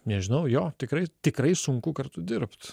nežinau jo tikrai tikrai sunku kartu dirbt